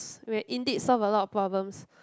we have indeed solved a lot of problems